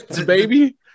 baby